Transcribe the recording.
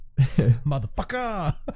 Motherfucker